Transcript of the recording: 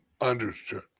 Understood